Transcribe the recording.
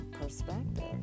perspective